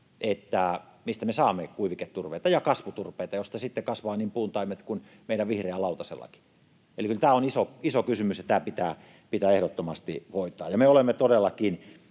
siitä, mistä me saamme kuiviketurpeita ja kasvuturpeita, joista sitten kasvavat niin puun taimet kuin meidän vihreä lautasellakin. Eli kyllä tämä on iso kysymys, ja tämä pitää ehdottomasti hoitaa. Me olemme todellakin